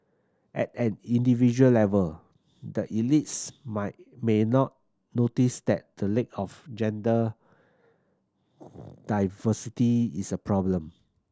at an individual level the elites my may not notice that the lack of gender diversity is a problem